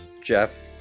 Jeff